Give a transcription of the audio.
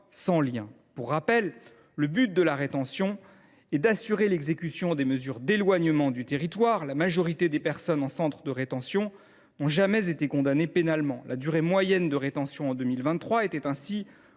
de loi. Pour rappel, le but de la rétention est d’assurer l’exécution des mesures d’éloignement du territoire. La majorité des personnes en centre de rétention n’ont jamais été condamnées pénalement. La durée moyenne de rétention en 2023 était de